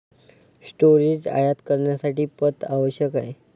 storage आयात करण्यासाठी पथ आवश्यक आहे